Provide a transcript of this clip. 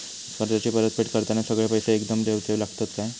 कर्जाची परत फेड करताना सगळे पैसे एकदम देवचे लागतत काय?